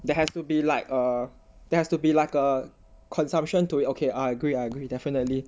there has to be like err there has to be like a consumption to you okay I agree I agree definitely